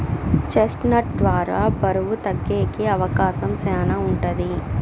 chest నట్ ద్వారా బరువు తగ్గేకి అవకాశం శ్యానా ఉంటది